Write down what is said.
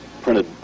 printed